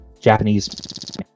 Japanese